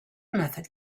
method